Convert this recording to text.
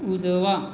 उजवा